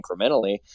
incrementally